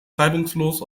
reibungslos